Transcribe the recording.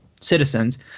citizens